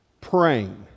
praying